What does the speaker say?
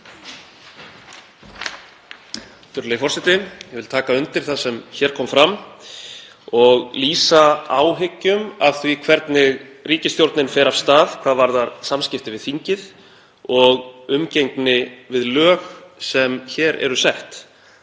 Virðulegi forseti. Ég vil taka undir það sem hér kom fram og lýsa áhyggjum af því hvernig ríkisstjórnin fer af stað hvað varðar samskipti við þingið og umgengni við lög sem hér eru sett.